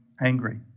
angry